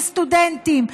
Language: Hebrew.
לסטודנטים?